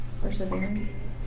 Perseverance